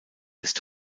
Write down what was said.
ist